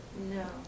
No